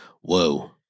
whoa